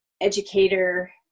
educator